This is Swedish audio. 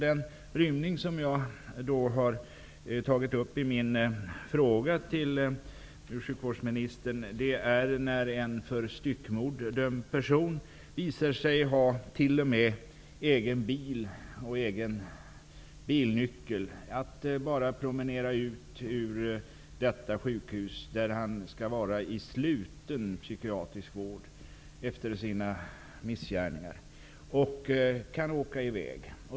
Den rymning som jag i min fråga till sjukvårdsministern har tagit upp gäller en rymning av en för styckmord dömd person. Det visade sig att denne t.o.m. hade egen bil och nyckel till den. Han kunde bara promenera ut från sjukhuset, där han skulle vara i sluten psykiatrisk vård efter sina missgärningar, och kunde åka i väg.